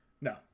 No